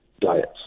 diets